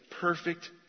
perfect